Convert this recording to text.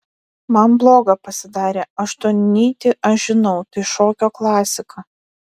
man bloga pasidarė aštuonnytį aš žinau tai šokio klasika